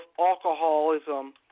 alcoholism